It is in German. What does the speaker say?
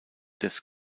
des